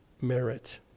merit